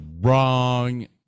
wrong